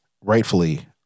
rightfully